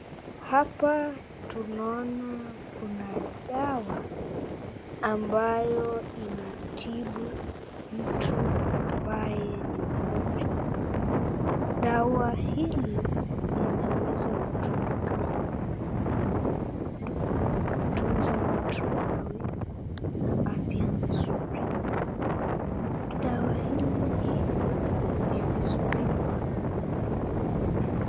Hapa tunaona kuna dawa ambayo inatibu mtu ambaye ni mgonjwa. Dawa hili inaweza kutumika kutunza mtu awe na afya nzuri. Dawa hili ni vizuri kwa mwilini mwetu.